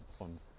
on